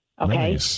Okay